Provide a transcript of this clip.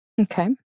Okay